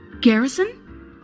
Garrison